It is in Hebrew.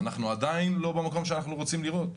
עדיין אנחנו לא במקום שאנחנו רוצים לראות.